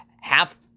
half